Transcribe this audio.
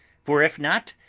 for if not,